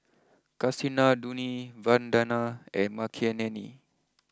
Kasinadhuni Vandana and Makineni